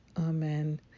Amen